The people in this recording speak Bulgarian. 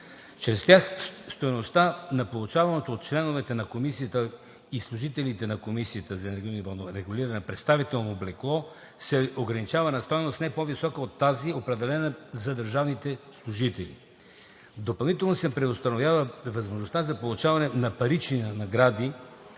Чрез тях стойността на получаваното от членовете на Комисията и служителите на Комисията за енергийно и водно регулиране представително облекло се ограничава на стойност не по-висока от тази, определена за държавните служители. Допълнително се преустановява възможността за получаване на парични награди